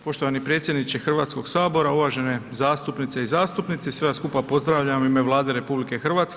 Poštovani predsjedniče Hrvatskog sabora, uvažene zastupnice i zastupnici, sve vas skupa pozdravljam u ime Vlade RH.